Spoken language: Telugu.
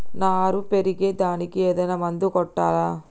నారు పెరిగే దానికి ఏదైనా మందు కొట్టాలా?